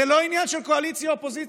זה לא עניין של קואליציה אופוזיציה.